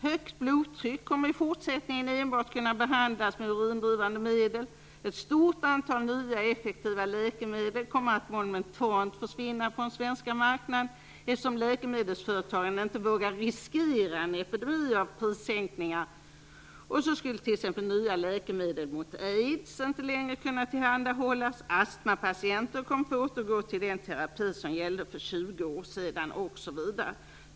Högt blodtryck kommer i fortsättningen enbart att kunna behandlas med urindrivande medel. Ett stort antal nya effektiva läkemedel kommer att momentant försvinna från den svenska marknaden, eftersom läkemedelsföretagen inte vågar riskera en epidemi av prissänkningar. Nya läkemedel mot t.ex. aids skulle inte längre kunna tillhandahållas, astmapatienter skulle få återgå till den terapi som gällde för 20 år sedan, osv.